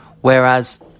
Whereas